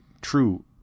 true